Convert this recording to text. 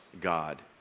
God